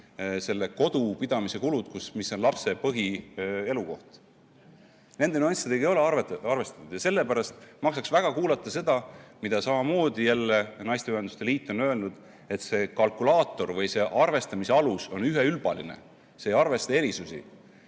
selle kodu pidamise kulud, mis on lapse põhielukoht. Nende nüanssidega ei ole arvestatud. Ja sellepärast maksaks väga kuulata seda, mida samamoodi jälle naisteühenduste liit on öelnud, et see kalkulaator või see arvestamise alus on üheülbaline, see ei arvesta erisusi.